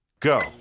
Go